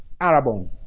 arabon